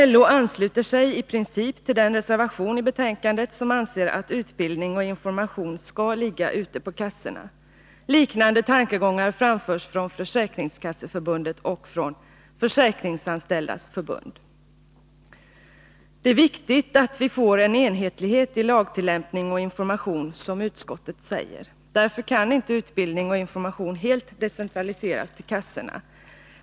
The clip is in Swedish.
LO ansluter sig i princip till den reservation i betänkandet där man anser att ansvaret för utbildning och information skall ligga på kassorna. Liknande tankegångar framförs från Försäkringskasseförbundet och Försäkringsanställdas förbund. si Det är viktigt att vi får en enhetlighet i lagtillämpning och information, som utskottet säger. Därför kan inte utbildning och information helt decentraliseras till kassorna.